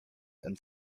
and